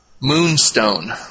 Moonstone